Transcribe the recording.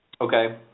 Okay